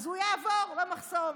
אז הוא יעבור במחסום,